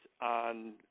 on